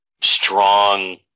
strong